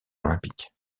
olympiques